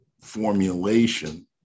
formulation